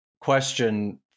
question